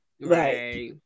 Right